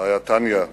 הרעיה טניה,